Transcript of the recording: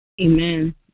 Amen